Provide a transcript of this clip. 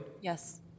Yes